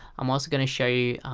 i'm also gonna show you